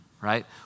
right